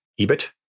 EBIT